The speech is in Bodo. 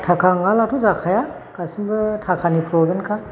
थाखा नङाब्लाथ' जाखाया गासैनिबो थाखानि प्रयज'नखा